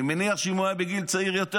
אני מניח שאם הוא היה בגיל צעיר יותר,